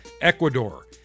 Ecuador